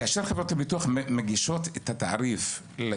כאשר חברות הביטוח מגישות את תעריף החובה